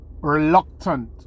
reluctant